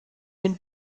den